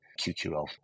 QQL